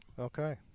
okay